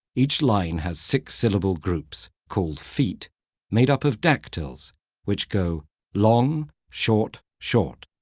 each line has six syllable groups called feet made up of dactyls which go long, short, short,